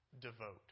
devote